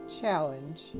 challenge